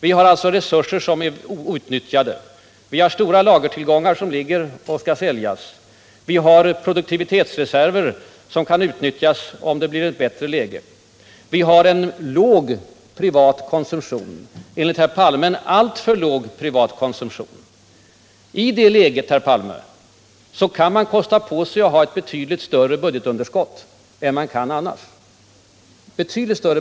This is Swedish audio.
Vi har alltså outnyttjade resurser. Vi har stora lagertillgångar som skall säljas och produktivitetsreserver som kan utnyttjas, om det blir ett bättre läge. Vi har en låg privatkonsumtion — enligt herr Palme en alltför låg sådan. I det läget, herr Palme, kan man kosta på sig att ha ett betydligt större budgetunderskott än annars.